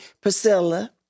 Priscilla